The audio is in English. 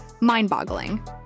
mind-boggling